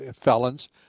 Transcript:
felons